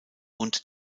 und